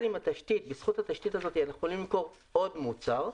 ובזכות התשתית הזאת אנחנו יכולים למכור עוד מוצר,